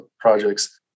projects